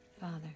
Father